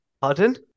Pardon